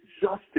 justice